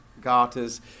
garters